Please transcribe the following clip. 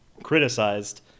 criticized